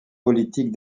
politique